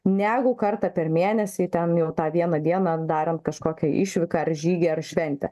negu kartą per mėnesį ten jau tą vieną dieną darant kažkokią išvyką ar žygį ar šventę